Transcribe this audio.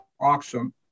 auction